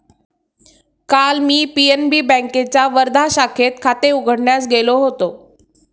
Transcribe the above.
काल मी पी.एन.बी बँकेच्या वर्धा शाखेत खाते उघडण्यास गेलो होतो